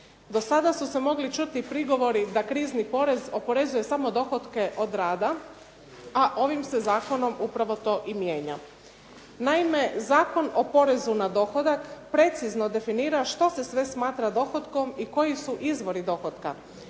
Do sada su se mogli čuti prigovori da krizni porez oporezuje samo dohotke od rada, a ovim se zakonom upravo to i mijenja. Naime, Zakon o porezu na dohodak precizno definira što se sve smatra dohotkom i koji su izvori dohotka.